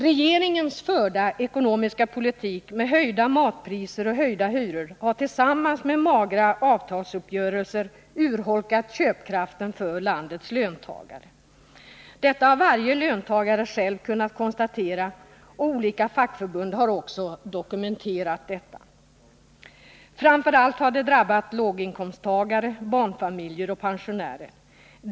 Regeringens förda ekonomiska politik med höjda matpriser och höjda hyror har tillsammans med magra avtalsuppgörelser urholkat köpkraften för landets löntagare. Detta har varje löntagare själv kunnat konstatera, och det har olika fackförbund också kunnat dokumentera. Framför allt har det drabbat låginkomsttagare, barnfamiljer och pensionärer.